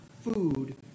food